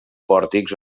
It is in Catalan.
pòrtics